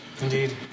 Indeed